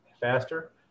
faster